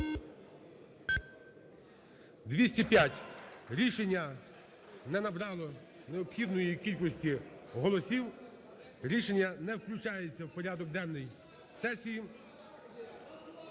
За-205 Рішення не набрало необхідної кількості голосів. Рішення не включається в порядок денний сесії.